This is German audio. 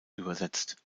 übersetzt